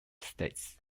states